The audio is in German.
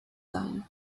sein